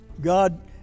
God